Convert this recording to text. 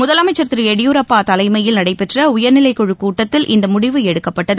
முதலமைச்சர் திரு எடியூரப்பா தலைமையில் நடைபெற்ற உயர்நிலைக்குழுக் கூட்டத்தில் இந்த முடிவு எடுக்கப்பட்டது